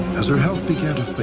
as her health began to fail,